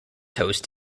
host